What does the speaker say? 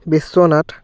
Biswanath